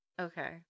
Okay